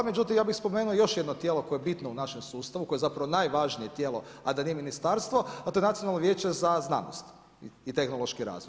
Međutim, ja bih spomenuo još jedno tijelo koje je bitno u našem sustavu, koje je zapravo najvažnije tijelo, a da nije ministarstvo, a to je Nacionalno vijeće za znanost i tehnološki razvoj.